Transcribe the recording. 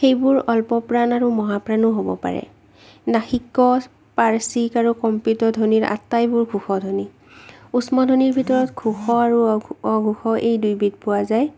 এইবোৰ অল্পপ্ৰাণ আৰু মহাপ্ৰাণো হ'ব পাৰে নাসিক্য় পাৰ্শ্ৱিক আৰু কম্পিত ধ্বনিৰ আটাইবোৰ ঘোষ ধ্বনি উস্ম ধ্বনিৰ ভিতৰত ঘোষ আৰু অঘোষ এই দুইবিধ পোৱা যায়